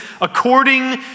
according